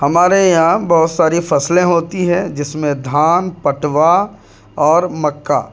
ہمارے یہاں بہت ساری فصلیں ہوتی ہے جس میں دھان پٹوا اور مکا